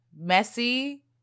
Messy